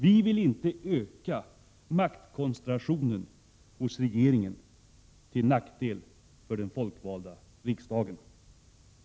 Vi vill inte öka maktkoncentration hos regeringen till nackdel för den folkvalda riksdagen.